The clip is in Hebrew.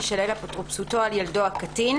תישלל אפוטרופסותו על ילדו הקטין: